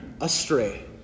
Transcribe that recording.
astray